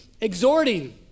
exhorting